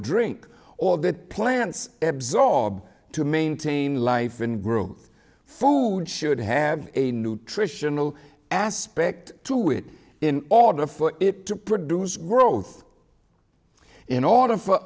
drink or that plants absorb to maintain life and grow food should have a nutritional aspect to it in order for it to produce growth in order for